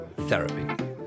therapy